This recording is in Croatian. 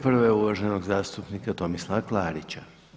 Prva je uvaženog zastupnika Tomislava Klarića.